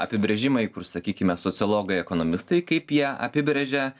apibrėžimai kur sakykime sociologai ekonomistai kaip jie apibrėžia